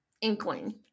inkling